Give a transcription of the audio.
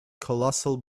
colossal